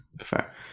Fair